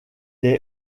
est